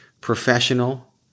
professional